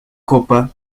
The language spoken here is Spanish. copa